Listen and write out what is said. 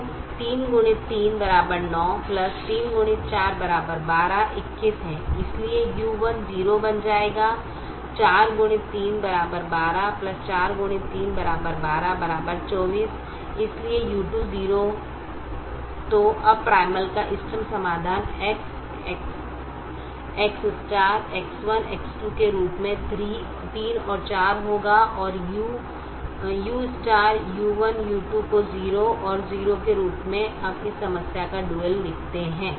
तो 3 x 3 9 3 x 4 12 21 है इसलिए u1 0 बन जाएगा 4 x 3 12 4 x 3 12 24 इसलिए u2 0 तो अब प्राइमल का इष्टतम समाधान X X X1 X2 के रूप में 3 और 4 होगा और uu1u2 को 0 और 0 के रूप में अब हम इस समस्या का डुअल लिखते हैं